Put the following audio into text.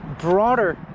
broader